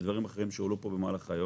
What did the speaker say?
וגם דברים אחרים שעלו פה במהלך היום.